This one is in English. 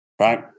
right